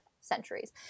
centuries